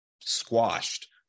squashed